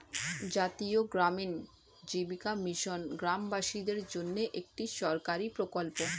জাতীয় গ্রামীণ জীবিকা মিশন গ্রামবাসীদের জন্যে একটি সরকারি প্রকল্প